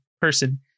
person